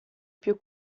più